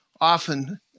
often